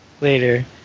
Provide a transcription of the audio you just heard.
later